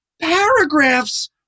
paragraphs